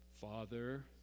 Father